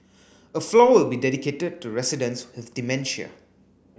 a floor will be dedicated to residents with dementia